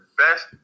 best